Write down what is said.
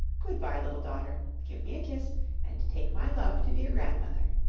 good-by, little daughter. give me a kiss and take my love to dear grandmother.